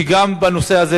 גם בנושא הזה,